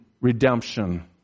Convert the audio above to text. redemption